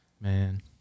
man